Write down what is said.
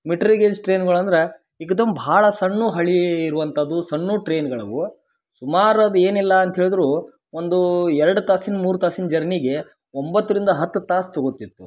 metre gauge ಟ್ರೈನುಗಳಂದ್ರ ಇಕ್ಧಮ್ ಭಾಳ ಸಣ್ಣು ಹಳಿ ಇರುವಂಥದ್ದು ಸಣ್ಣು ಟ್ರೈನ್ಗಳವು ಸುಮಾರು ಅದು ಏನಿಲ್ಲ ಅಂತ ಹೇಳಿದರು ಒಂದು ಎರಡು ತಾಸಿನ ಮೂರು ತಾಸಿನ ಜರ್ನಿಗೆ ಒಂಬತ್ತರಿಂದ ಹತ್ತು ತಾಸು ತಗೋತಿತ್ತು